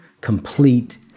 complete